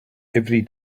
every